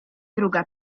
druga